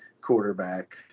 quarterback